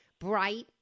bright